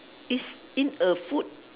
is in a food